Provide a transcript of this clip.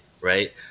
right